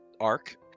arc